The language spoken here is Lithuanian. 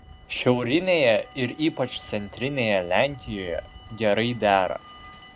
šiaurinėje ir ypač centrinėje lenkijoje gerai dera